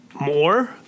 more